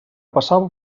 passava